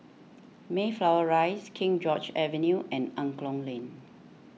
Mayflower Rise King George's Avenue and Angklong Lane